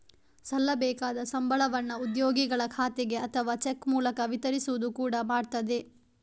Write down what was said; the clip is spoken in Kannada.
ಸಲ್ಲಬೇಕಾದ ಸಂಬಳವನ್ನ ಉದ್ಯೋಗಿಗಳ ಖಾತೆಗೆ ಅಥವಾ ಚೆಕ್ ಮೂಲಕ ವಿತರಿಸುವುದು ಕೂಡಾ ಮಾಡ್ತದೆ